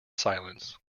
silence